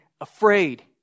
afraid